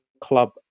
club